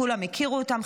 כולם הכירו אותם,